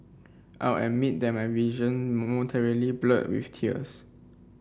I'll admit that my vision momentarily blurred with tears